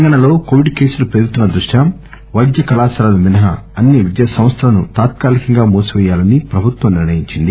తెలంగాణలో కోవిడ్ కేసులు పెరుగుతున్న దృష్ట్యా వైద్య కళాశాలలు మినహా అన్ని విద్యా సంస్థలను తాత్కాలికంగా మూసివేయాలని ప్రభుత్వం నిర్ణయించింది